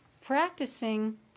practicing